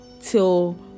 till